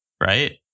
right